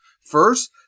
First